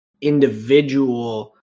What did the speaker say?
individual